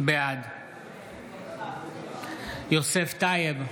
בעד יוסף טייב,